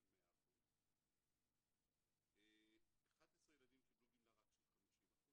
100%; 11 ילדים קיבלו גמלה רק של 50%,